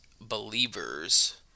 believers